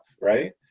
right